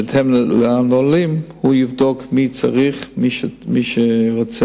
בהתאם לנהלים, יבדוק מי צריך, מי רוצה.